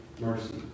mercy